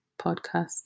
podcast